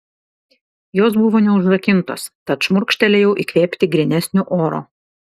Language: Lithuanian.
jos buvo neužrakintos tad šmurkštelėjau įkvėpti grynesnio oro